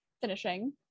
finishing